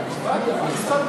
לא הצבעת?